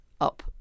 up